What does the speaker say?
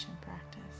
practice